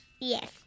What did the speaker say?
Yes